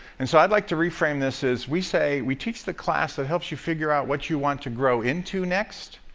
and so i'd like to reframe this as we say we teach the class that helps you figure out what you want to grow into next,